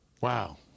Wow